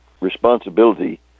responsibility